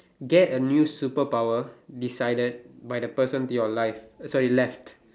get a new superpower decided by the person to your life uh sorry left